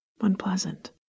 unpleasant